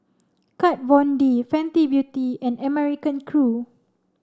Kat Von D Fenty Beauty and American Crew